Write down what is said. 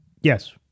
Yes